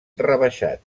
rebaixat